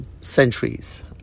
centuries